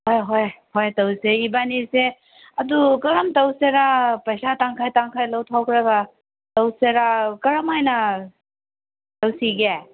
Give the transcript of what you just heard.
ꯍꯣꯏ ꯍꯣꯏ ꯍꯣꯏ ꯇꯧꯁꯦ ꯏꯕꯥꯅꯤꯁꯦ ꯑꯗꯨ ꯀꯔꯝ ꯇꯧꯁꯤꯔꯥ ꯄꯩꯁꯥ ꯇꯪꯈꯥꯏ ꯇꯪꯈꯥꯏ ꯂꯧꯊꯣꯛꯂꯒ ꯇꯧꯁꯤꯔꯥ ꯀꯔꯝ ꯍꯥꯏꯅ ꯇꯧꯁꯤꯒꯦ